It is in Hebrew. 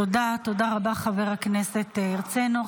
תודה, תודה רבה, חבר הכנסת הרצנו.